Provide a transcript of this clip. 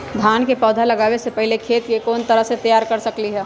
धान के पौधा लगाबे से पहिले खेत के कोन तरह से तैयार कर सकली ह?